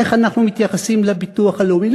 איך אנחנו מתייחסים לביטוח הלאומי?